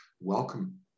Welcome